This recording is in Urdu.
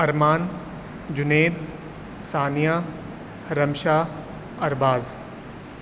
ارمان جنید ثانیہ رمشا ارباز